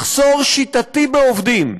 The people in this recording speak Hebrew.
מחסור שיטתי בעובדים.